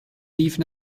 leave